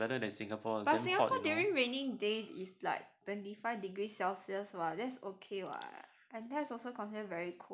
but singapore during raining days is like twenty five degrees celsius [what] that's okay [what] and that's also considered very cold [what]